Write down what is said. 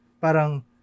parang